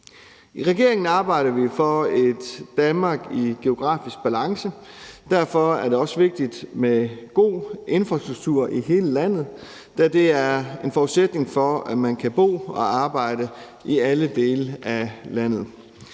I regeringen arbejder vi for et Danmark i geografisk balance. Derfor er det også vigtigt med god infrastruktur i hele landet, da det er en forudsætning for, at man kan bo og arbejde i alle dele af landet.